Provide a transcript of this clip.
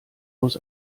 muss